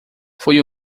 foi